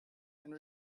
and